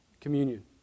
communion